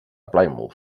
plymouth